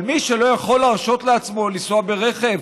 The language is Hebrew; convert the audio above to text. אבל מי שלא יכול להרשות לעצמו לנסוע ברכב,